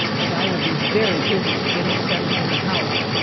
as i will be very busy getting settled in the house.